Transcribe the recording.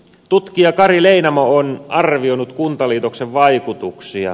tutkija kari leinamo on arvioinut kuntaliitoksen vaikutuksia